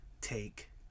take